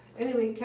anyway,